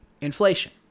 inflation